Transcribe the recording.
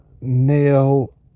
Neil